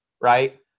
right